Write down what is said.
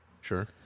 Sure